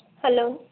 hello